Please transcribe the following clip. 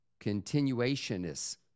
continuationists